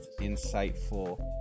insightful